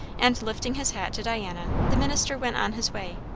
and lifting his hat to diana, the minister went on his way.